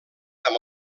amb